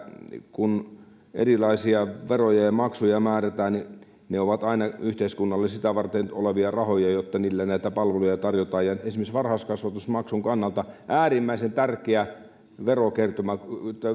kun erilaisia veroja ja maksuja määrätään niin ne ovat aina yhteiskunnalle sitä varten olevia rahoja että niillä palveluja tarjotaan esimerkiksi varhaiskasvatusmaksun kannalta äärimmäisen tärkeä verokertymäasia